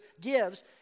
gives